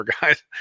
guys